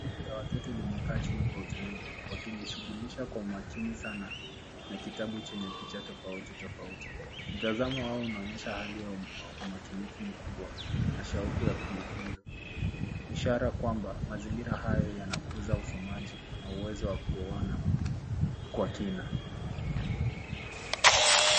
Kundi la watoto limekaa chini kwa utulivu, wakijishughulisha kwa makini sana na kitabu chenye picha tofauti tofauti. Mtazamo wao unaonyesha hali ya umakinifu mkubwa na shauku ya kujifunza, ishara kwamba mazingira hayo yanakuza usomaji na uwezo wa kuona kwa kina.